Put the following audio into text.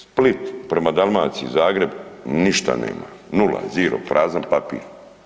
Split prema Dalmaciji, Zagreb ništa nema, nula, zero, prazan papir.